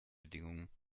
bedingungen